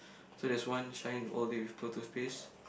so there is one shine all day with pearl toothpaste